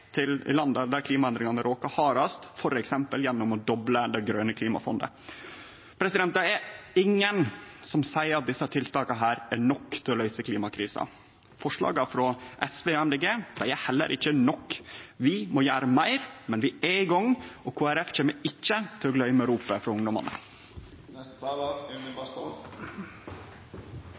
i landa der klimaendringane råkar hardast, f.eks. gjennom å doble det grøne klimafondet. Det er ingen som seier at desse tiltaka er nok til å løyse klimakrisa. Forslaga frå SV og Miljøpartiet Dei Grøne er heller ikkje nok. Vi må gjere meir, men vi er i gang, og Kristeleg Folkeparti kjem ikkje til å gløyme ropet frå